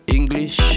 English